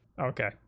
Okay